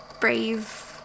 brave